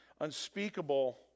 Unspeakable